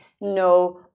no